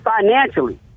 financially